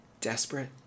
Desperate